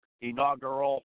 inaugural